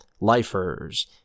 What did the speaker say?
lifers